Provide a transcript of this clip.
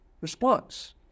response